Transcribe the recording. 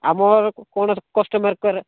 ଆମର କୌଣସି କଷ୍ଟମର୍ କର